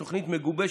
בתוכנית מגובשת,